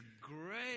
great